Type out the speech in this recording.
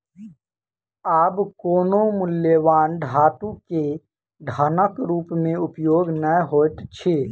आब कोनो मूल्यवान धातु के धनक रूप में उपयोग नै होइत अछि